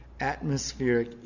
atmospheric